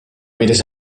mires